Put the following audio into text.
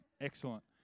Excellent